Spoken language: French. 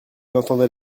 entendait